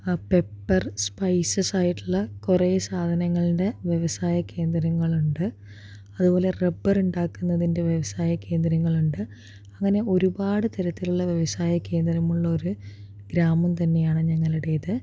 pepper സ്പൈസസായിടുള്ള കുറേ സാധനങ്ങളുടെ വ്യവസായ കേന്ദ്രങ്ങളുണ്ട് അതുപോലെ റബ്ബർ ഉണ്ടാക്കുന്നതിൻ്റെ വ്യവസായ കേന്ദ്രങ്ങളുണ്ട് അങ്ങനെ ഒരുപാട് തരത്തിലുള്ള വ്യവസായ കേന്ദ്രമുള്ളൊരു ഗ്രാമം തന്നെയാണ് ഞങ്ങളുടേത്